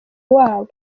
wabo